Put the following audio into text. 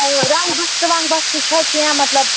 رَنٛگ بستہٕ ونٛگ بستہٕ چھا کیٚنٛہہ مطلب